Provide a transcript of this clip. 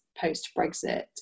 post-Brexit